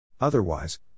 Otherwise